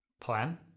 plan